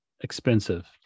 expensive